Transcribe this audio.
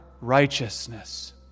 righteousness